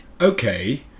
Okay